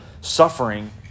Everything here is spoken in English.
suffering